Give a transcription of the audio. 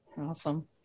awesome